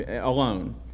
alone